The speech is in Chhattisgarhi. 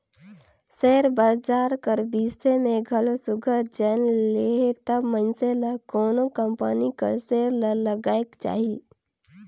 सेयर बजार कर बिसे में घलो सुग्घर जाएन लेहे तब मइनसे ल कोनो कंपनी कर सेयर ल लगाएक चाही